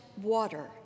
water